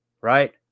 right